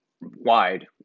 wide